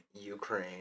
ukraine